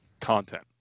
content